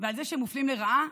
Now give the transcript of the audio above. ועל זה שהם מופלים לרעה.